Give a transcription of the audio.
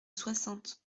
soixante